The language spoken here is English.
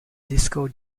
disco